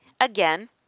again